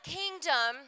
kingdom